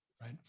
Right